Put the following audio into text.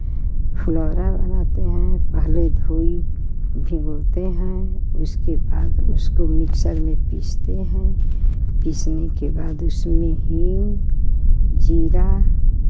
फुलौरा बनाते हैं पहले धोइ भिंगोते हैं उसके बाद उसको मिक्सर में पीसते हैं पीसने के बाद उसमें हींग जीरा